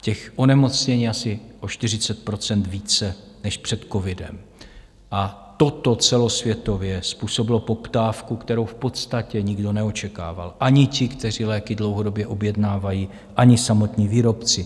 Těch onemocnění je asi o 40 % více než před covidem a toto celosvětově způsobilo poptávku, kterou v podstatě nikdo neočekával, ani ti, kteří léky dlouhodobě objednávají, ani samotní výrobci.